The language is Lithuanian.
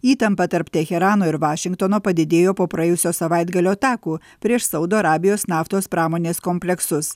įtampa tarp teherano ir vašingtono padidėjo po praėjusio savaitgalio atakų prieš saudo arabijos naftos pramonės kompleksus